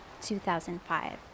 2005